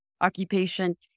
occupation